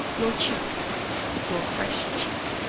your cheek your fresh cheek,